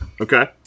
Okay